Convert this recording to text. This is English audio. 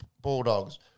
Bulldogs